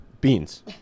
Beans